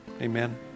Amen